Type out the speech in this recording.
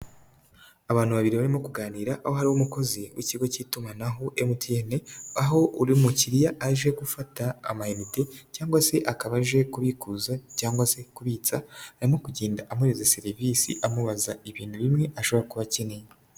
Abantu babiri barimo kuganira, aho ari umukozi w'ikigo cy'itumanaho MTN, aho ari mukiriya aje gufata amayinite cyangwa se akaba aje kubikuza, cyangwa se kubitsa arimo kugenda amuhereza serivisi, amubaza ibintu bimwe ashobora kuba akeneye.